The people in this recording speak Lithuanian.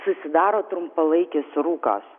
susidaro trumpalaikis rūkas